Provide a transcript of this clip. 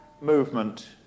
movement